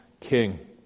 king